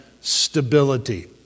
stability